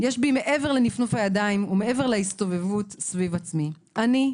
יש בי מעבר לנפנוף הידיים ומעבר להסתובבות סביב עצמי; אני,